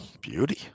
Beauty